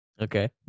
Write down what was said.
Okay